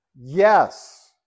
Yes